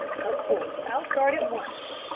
of course. i'll start at once.